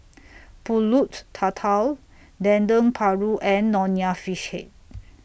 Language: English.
Pulut Tatal Dendeng Paru and Nonya Fish Head